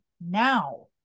now